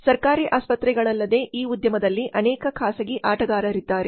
ಸರ್ಕಾರಿ ಆಸ್ಪತ್ರೆಗಳಲ್ಲದೆ ಈ ಉದ್ಯಮದಲ್ಲಿ ಅನೇಕ ಖಾಸಗಿ ಆಟಗಾರರಿದ್ದಾರೆ